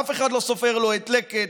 אף אחד לא סופר לא את לקט,